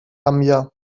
gambia